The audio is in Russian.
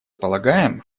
полагаем